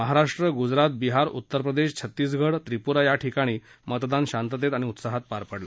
महाराष्ट्र गुजरात बिहार उत्तरप्रदेश छत्तीगड त्रिपुरा याठिकीणी मतदान शांततेत आणि उत्साहात पार पडलं